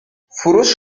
فروش